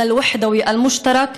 אני וחברותיי וחבריי מהרשימה המשותפת,